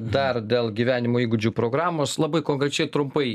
dar dėl gyvenimo įgūdžių programos labai konkrečiai trumpai